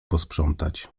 posprzątać